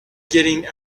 getting